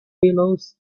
pillows